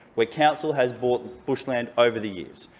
where council has brought bushland over the years.